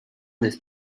this